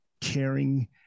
caring